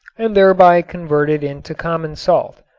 and thereby converted into common salt,